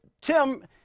Tim